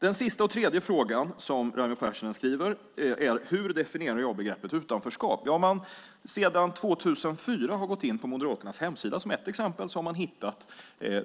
Den sista och tredje fråga som Raimo Pärssinen ställer är hur jag definierar begreppet utanförskap. Sedan 2004 har man kunnat gå in på Moderaternas hemsida och hitta